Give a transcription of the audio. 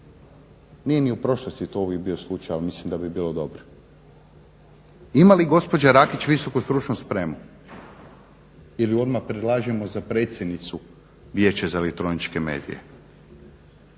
Nije ni u prošlosti to uvijek bio slučaj, ali mislim da bi bilo dobro. Ima li gospođa Rakić VSS ili ju odmah predlažemo za predsjednicu Vijeća za elektroničke medije?